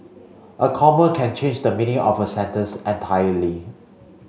a comma can change the meaning of a sentence entirely